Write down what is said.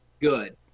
good